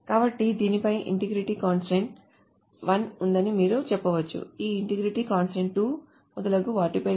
కాబట్టి దీనిపై integrity constraints 1 ఉందని మీరు చెప్పవచ్చు ఈ ఇంటెగ్రిటీ కంస్ట్రయిన్ట్స్ 2 మొదలగు వాటిపై ఉంది